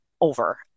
over